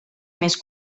més